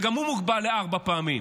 וגם הוא מוגבל לארבע פעמים.